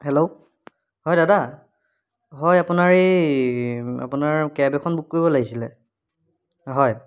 hello হয় দাদা হয় আপোনাৰ এই আপোনাৰ কেব এখন বুক কৰিব লাগিছিলে হয়